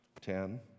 Ten